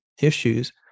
issues